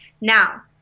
Now